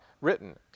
written